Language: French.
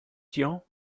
tian